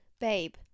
Babe